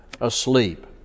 asleep